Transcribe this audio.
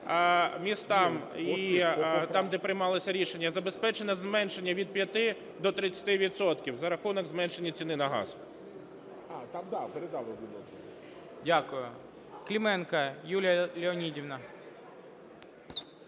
містах і там, де приймалося рішення, забезпечено зменшення від 5 до 30 відсотків за рахунок зменшення ціни на газ. Веде